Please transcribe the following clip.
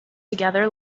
together